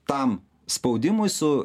tam spaudimui su